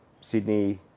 Sydney